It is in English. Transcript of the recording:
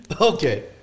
Okay